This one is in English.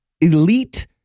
elite